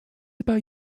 about